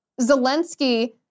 Zelensky